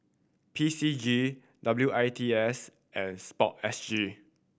P C G W I T S and Sport S G